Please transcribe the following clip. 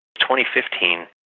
2015